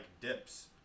dips